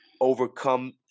overcome